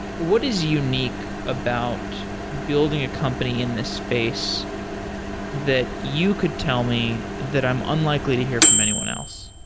what is unique about building a company in this space that you could tell me that i'm unlikely to hear from anyone else?